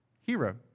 hero